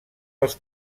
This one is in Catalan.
els